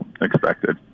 expected